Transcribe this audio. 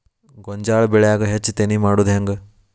ಗೋಂಜಾಳ ಬೆಳ್ಯಾಗ ಹೆಚ್ಚತೆನೆ ಮಾಡುದ ಹೆಂಗ್?